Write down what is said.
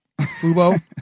Fubo